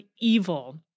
evil